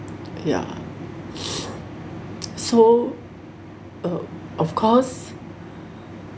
ya so uh of course